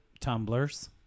tumblers